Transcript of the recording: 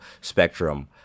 spectrum